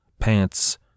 Pants